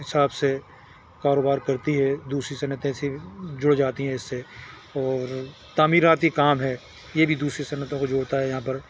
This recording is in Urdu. حساب سے کاروبار کرتی ہے دوسری صنعتیں سے جڑ جاتی ہیں اس سے اور تعمیراتی کام ہے یہ بھی دوسری صنعتوں کو جوڑتا ہے یہاں پر